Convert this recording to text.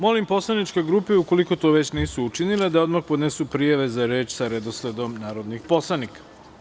Molim poslaničke grupe, ukoliko to nisu već nisu učinile da odmah podnesu prijave za reč sa redosledom narodnih poslanika.